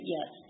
Yes